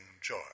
joy